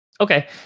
Okay